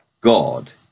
god